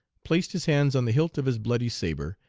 placed his hands on the hilt of his bloody sabre,